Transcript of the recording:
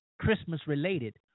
Christmas-related